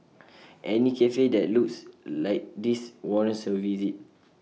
any Cafe that looks like this warrants A visit